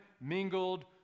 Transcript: mingled